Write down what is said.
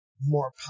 more